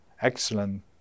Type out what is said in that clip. excellent